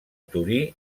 torí